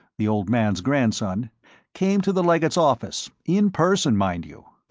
the old man's grandson came to the legate's office, in person, mind you.